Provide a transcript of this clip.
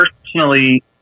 personally